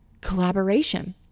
collaboration